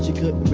good